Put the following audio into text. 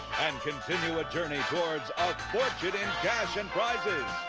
and continue a journey towards a fortune in cash and prizes,